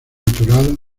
natural